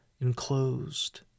enclosed